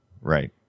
Right